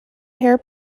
pair